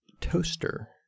Toaster